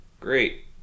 Great